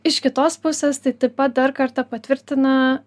iš kitos pusės tai taip pat dar kartą patvirtina